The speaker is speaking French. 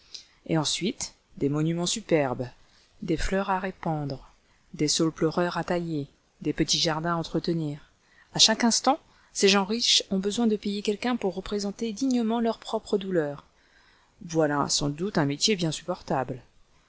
et ensuite des monuments superbes des fleurs à répandre des saules pleureurs à tailler des petits jardins à entretenir à chaque instant ces gens riches ont besoin de payer quelqu'un pour représenter dignement leur propre douleur voilà sans doute un métier bien supportable